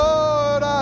Lord